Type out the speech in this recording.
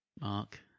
Mark